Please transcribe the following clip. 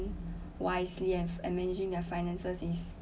wisely and managing their finances is